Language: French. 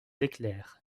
éclairs